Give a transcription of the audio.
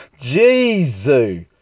jesus